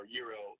euro